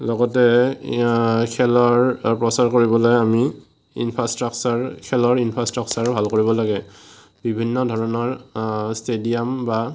লগতে খেলৰ প্ৰচাৰ কৰিবলৈ আমি ইনফ্ৰাষ্ট্ৰাকচাৰ খেলৰ ইনফ্ৰাষ্ট্ৰাকচাৰ ভাল কৰিব লাগে বিভিন্ন ধৰণৰ ষ্টেডিয়াম বা